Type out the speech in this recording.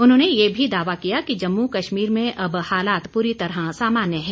उन्होंने यह भी दावा किया कि जम्मू कश्मीर में अब हालात पूरी तरह सामान्य है